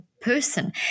person